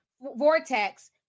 vortex